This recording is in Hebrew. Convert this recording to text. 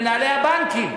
למנהלי הבנקים,